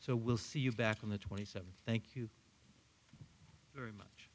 so we'll see you back on the twenty seventh thank you very much